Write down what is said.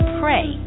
pray